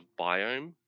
biome